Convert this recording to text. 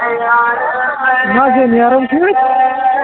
نہ حظ مےٚ نیرُن چھُ وۄنۍ